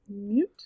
Mute